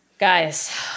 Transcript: Guys